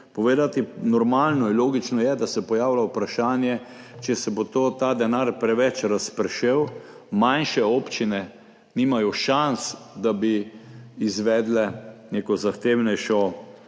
povedati? Normalno in logično je, da se pojavlja vprašanje, če se bo ta denar preveč razpršil, manjše občine nimajo šans, da bi izvedle izgradnjo